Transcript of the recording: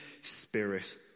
spirit